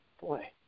boy